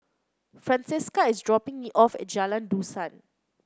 Francesca is dropping me off at Jalan Dusan